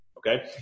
Okay